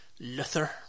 Luther